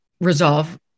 resolve